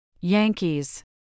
Yankees